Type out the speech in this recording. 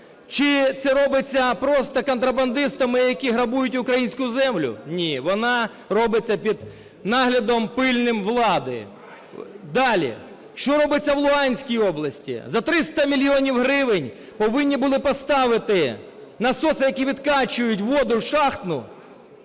Чи це робиться просто контрабандистами, які грабують українську землю? Ні, вона робиться під наглядом пильним влади. Далі. Що робиться в Луганській області? За 300 мільйонів гривень повинні були поставити насоси, які відкачують воду з шахтну.